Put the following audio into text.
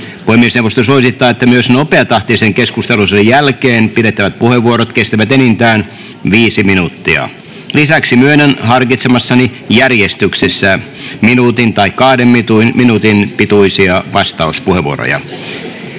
Puhemiesneuvosto suosittaa, että myös nopeatahtisen keskusteluosuuden jälkeen pidettävät puheenvuorot kestävät enintään 5 minuuttia. Lisäksi myönnän harkitsemassani järjestyksessä 1 tai 2 minuutin pituisia vastauspuheenvuoroja.